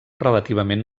relativament